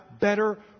better